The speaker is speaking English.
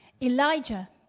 Elijah